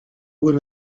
when